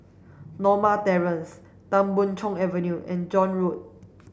Norma Terrace Tan Boon Chong Avenue and John Road